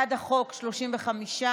בעד החוק, 35,